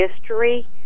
history